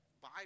buy